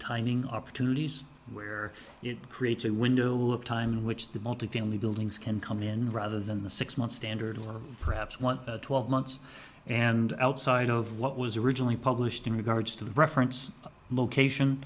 timing opportunities where it creates a window of time in which the multifamily buildings can come in rather than the six month standard or perhaps one twelve months and outside of what was originally published in regards to the reference location